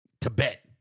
Tibet